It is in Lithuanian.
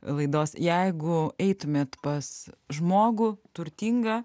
laidos jeigu eitumėt pas žmogų turtingą